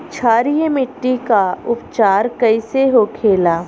क्षारीय मिट्टी का उपचार कैसे होखे ला?